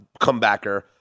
comebacker